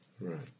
right